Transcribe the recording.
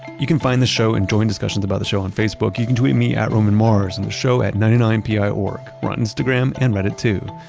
you can find the show and join discussions about the show on facebook. you can tweet me at romanmars and the show at ninety nine piorg. we're on instagram and reddit, too.